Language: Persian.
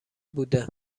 بوده